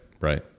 right